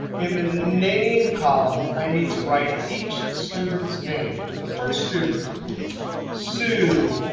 in the name column, i need to write each student's name. the first student sioux,